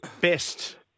Best